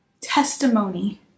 testimony